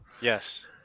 Yes